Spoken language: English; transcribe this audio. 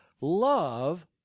love